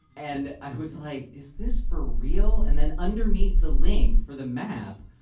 and i was like, is this for real? and then underneath the link for the map,